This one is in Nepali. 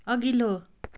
अघिल्लो